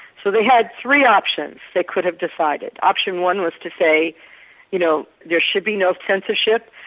so they had three options they could have decided. option one was to say you know there should be no censorship,